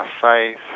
faith